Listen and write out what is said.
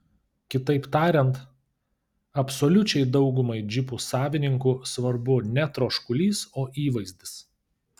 kitaip tariant absoliučiai daugumai džipų savininkų svarbu ne troškulys o įvaizdis